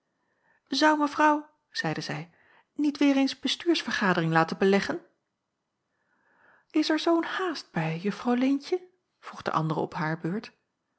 mevrouw zeide zij niet weêr eens bestuursvergadering laten beleggen is er zoo'n haast bij juffrouw leentje vroeg de andere op hare beurt